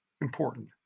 important